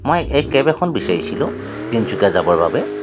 মই এই কেব এখন বিচাৰিছিলোঁ তিনচুকীয়া যাবৰ বাবে